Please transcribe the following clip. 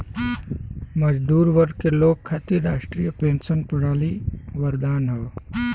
मजदूर वर्ग के लोग खातिर राष्ट्रीय पेंशन प्रणाली वरदान हौ